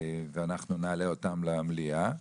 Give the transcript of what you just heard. ואנחנו נעלה אותן למליאה.